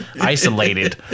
Isolated